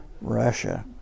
Russia